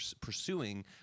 pursuing